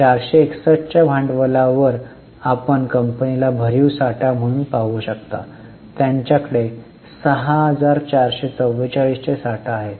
461 च्या भांडवलावर आपण कंपनीला भरीव साठा म्हणून पाहू शकता त्यांच्याकडे 6444 चे साठा आहे